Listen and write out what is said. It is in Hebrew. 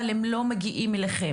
אבל הם לא מגיעים אליכם?